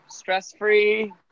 stress-free